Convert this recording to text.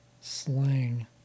slang